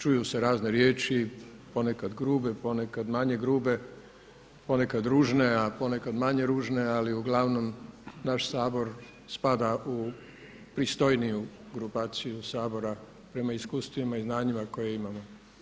Čuju se razne riječi, ponekad grube, ponekad manje grube, ponekad ružne, a ponekad manje ružne ali uglavnom naš Sabor spada u pristojniju grupaciju Sabora prema iskustvima i znanjima koje imamo.